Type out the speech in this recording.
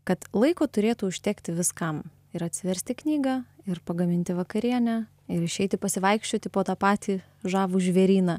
kad laiko turėtų užtekti viskam ir atsiversti knygą ir pagaminti vakarienę ir išeiti pasivaikščioti po tą patį žavų žvėryną